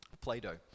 Play-Doh